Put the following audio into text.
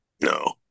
No